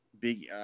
big